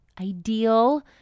ideal